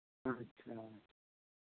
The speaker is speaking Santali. ᱟᱪᱪᱷᱟ